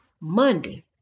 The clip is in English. Monday